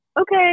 okay